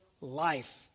life